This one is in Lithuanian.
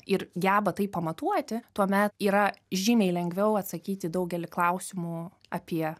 ir geba tai pamatuoti tuome yra žymiai lengviau atsakyti į daugelį klausimų apie